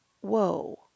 whoa